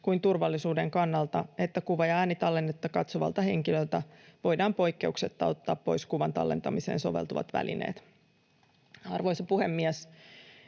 kuin turvallisuudenkin kannalta, että kuva‑ ja äänitallennetta katsovalta henkilöltä voidaan poikkeuksetta ottaa pois kuvan tallentamiseen soveltuvat välineet. Arvoisa puhemies!